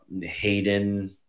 Hayden